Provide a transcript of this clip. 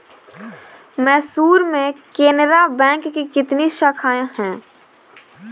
मैसूर में केनरा बैंक की कितनी शाखाएँ है?